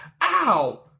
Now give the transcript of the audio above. ow